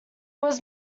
was